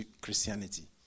Christianity